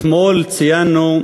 אתמול ציינו,